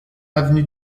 avenue